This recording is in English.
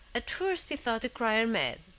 at first he thought the crier mad,